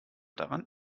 daran